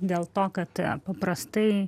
dėl to kad paprastai